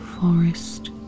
forest